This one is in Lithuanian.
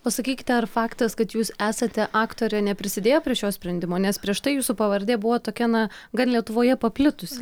o sakykite ar faktas kad jūs esate aktorė neprisidėjo prie šio sprendimo nes prieš tai jūsų pavardė buvo tokia na gan lietuvoje paplitusi